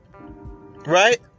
Right